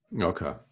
Okay